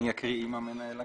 אני אקריא עם המנהל הכללי.